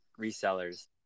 resellers